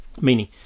meaning